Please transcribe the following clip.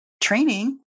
training